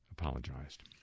apologized